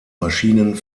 maschinen